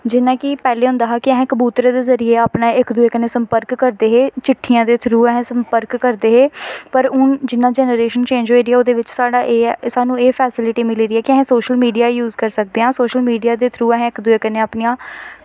जि'यां पैह्लें होंदा हा कि कबूतरे दे जरिये इक दुए कन्नै संपर्क करदे हे चिट्ठियां दे थ्रू अस संपर्क करदे हे पर हून जि'यां जनरेशन चेंज होई दी ऐ सानूं एह् फैसिलिटी मिली दी कि अस सोशल मीडिया यूस करी सकदे आं ते हां सोशल मीड़िया दे थ्रू अस इक दुए कन्नै अपनियां